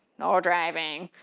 no driving.